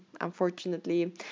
unfortunately